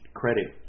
credit